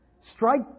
strike